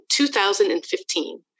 2015